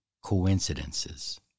coincidences